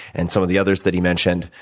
and some of the others that he mentioned,